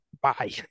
Bye